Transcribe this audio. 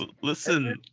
Listen